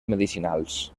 medicinals